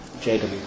JW